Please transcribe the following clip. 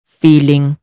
feeling